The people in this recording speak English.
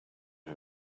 who